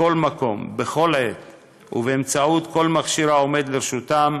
מכל מקום, בכל עת ובאמצעות כל מכשיר העומד לרשותם,